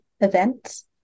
events